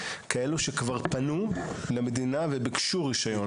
כאלה שכבר פנו למדינה וביקשו רישיון.